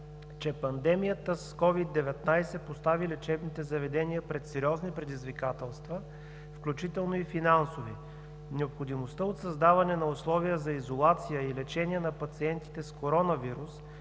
че пандемията с COVID-19 постави лечебните заведения пред сериозни предизвикателства, включително и финансови. Необходимостта от създаване на условия за изолация и лечение на пациентите с коронавирус